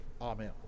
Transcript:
Amen